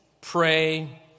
pray